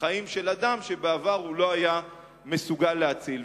חיים של אדם שבעבר הוא לא היה מסוגל להציל.